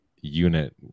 unit